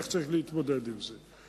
איך צריך להתמודד עם זה.